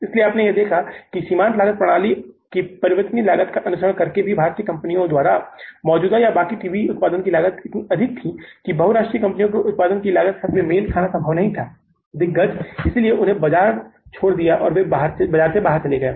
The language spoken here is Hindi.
इसलिए आपने यह देखा है कि सीमांत लागत प्रणाली की परिवर्तनीय लागत प्रणाली का अनुसरण करके भी भारतीय कंपनियों द्वारा मौजूदा या बाकी टीवी के उत्पादन की लागत इतनी अधिक थी कि बहुराष्ट्रीय के उत्पादन की लागत के साथ मेल खाना संभव नहीं था दिग्गज इसलिए उन्होंने बाजार छोड़ दिया वे बाजार से बाहर चले गए